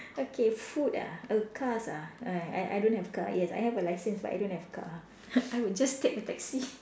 okay food ah err cars ah I I I don't have car yes I have a license but I don't have car I would just take a taxi